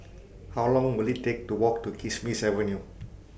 How Long Will IT Take to Walk to Kismis Avenue